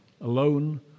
alone